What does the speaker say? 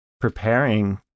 preparing